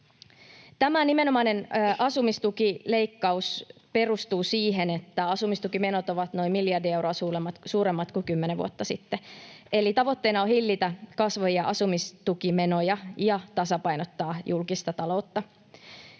Tämä nimenomainen asumistukileikkaus perustuu siihen, että asumistukimenot ovat noin miljardi euroa suuremmat kuin kymmenen vuotta sitten. Eli tavoitteena on hillitä kasvavia asumistukimenoja ja tasapainottaa julkista taloutta.